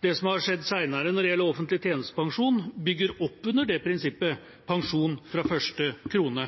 Det som har skjedd senere når det gjelder offentlig tjenestepensjon, bygger opp under det prinsippet – pensjon fra første krone,